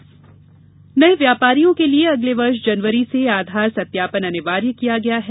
GST Aadhaar नए व्यापारियों के लिए अगले वर्ष जनवरी से आधार सत्यापन अनिवार्य किया गया है